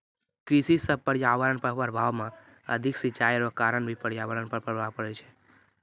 कृषि से पर्यावरण पर प्रभाव मे अधिक सिचाई रो कारण भी पर्यावरण पर प्रभाव पड़ै छै